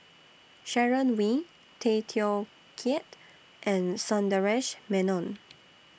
Sharon Wee Tay Teow Kiat and Sundaresh Menon